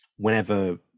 whenever